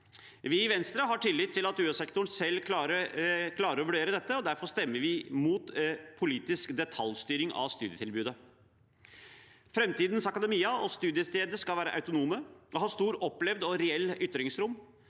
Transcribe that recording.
Vi i Venstre har tillit til at UH-sektoren selv klarer å vurdere dette. Derfor stemmer vi mot politisk detaljstyring av studietilbudet. Framtidens akademia og studiesteder skal være autonome og ha stort opplevd og reelt ytringsrom.